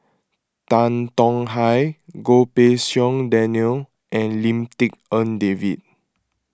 Tan Tong Hye Goh Pei Siong Daniel and Lim Tik En David